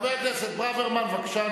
חבר הכנסת ברוורמן, בבקשה.